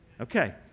Okay